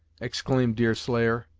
exclaimed deerslayer,